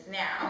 now